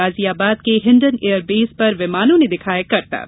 गाजियाबाद के Hindon air base पर विमानों ने दिखाए करतब